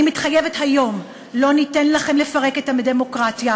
אני מתחייבת היום: לא ניתן לכם לפרק את הדמוקרטיה,